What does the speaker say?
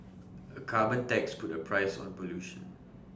A carbon tax puts A price on pollution